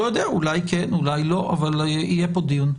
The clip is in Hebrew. לא יודע אולי כן, אולי לא אבל יהיה פה דיון.